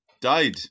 died